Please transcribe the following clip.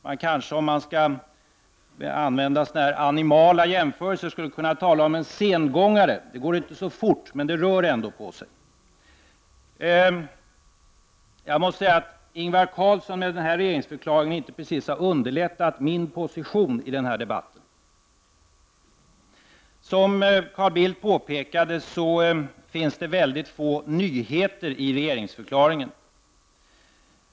Man kanske, om man skall använda animala jämförelser, skulle kunna tala om en sengångare: det går inte så fort, men det rör ändå på sig. Ingvar Carlsson har med denna regeringsförklaring inte direkt underlättat min position i den här debatten. Som Carl Bildt påpekade finns det väldigt få nyheter i regeringsförklaringen.